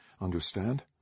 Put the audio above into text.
Understand